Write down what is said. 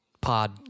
pod